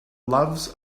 loves